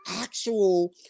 actual